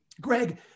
Greg